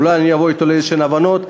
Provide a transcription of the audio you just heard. אולי אני אבוא אתו להבנות כלשהן.